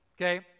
okay